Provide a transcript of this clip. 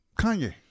Kanye